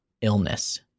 illness